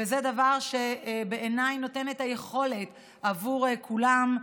זה דבר שבעיניי נותן את היכולת עבור כולם,